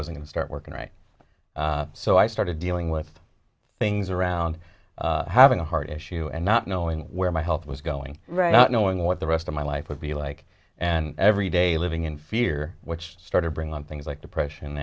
to start working right so i started dealing with things around having a heart issue and not knowing where my health was going right not knowing what the rest of my life would be like and every day living in fear which started bring on things like depression